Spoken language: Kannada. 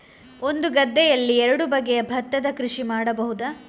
ಒಂದು ಗದ್ದೆಯಲ್ಲಿ ಎರಡು ಬಗೆಯ ಭತ್ತದ ಕೃಷಿ ಮಾಡಬಹುದಾ?